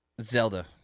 Zelda